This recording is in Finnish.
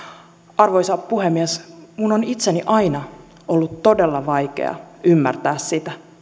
arvoisa puhemies minun on itseni aina ollut todella vaikea ymmärtää sitä